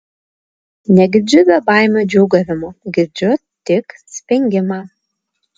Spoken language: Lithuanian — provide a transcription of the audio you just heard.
negirdžiu bebaimių džiūgavimo girdžiu tik spengimą